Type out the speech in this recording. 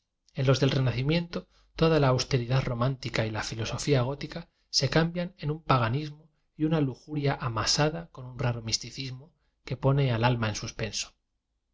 los del renacimiento toda la austeridad románica y la filosofía gótica se cambian en un paganismo y una lujuria amasada con un raro misticismo que pone al alma en suspenso